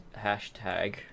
hashtag